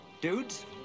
dudes